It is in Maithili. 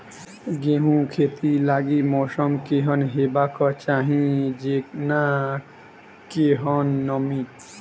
गेंहूँ खेती लागि मौसम केहन हेबाक चाहि जेना केहन नमी?